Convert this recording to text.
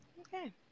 Okay